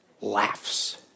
laughs